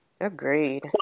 Agreed